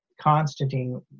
Constantine